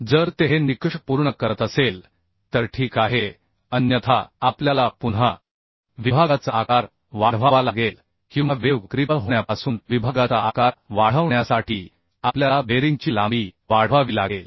जर ते हे निकष पूर्ण करत असेल तर ठीक आहे अन्यथा आपल्याला पुन्हा विभागाचा आकार वाढवावा लागेल किंवा वेव क्रिपल अपंग होण्यापासून विभागाचा आकार करण्यासाठी आपल्याला बेरिंगची लांबी वाढवावी लागेल